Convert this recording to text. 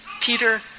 Peter